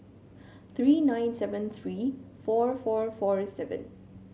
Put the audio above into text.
three nine seven three four four four seven